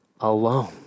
alone